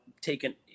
taken